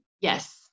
Yes